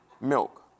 milk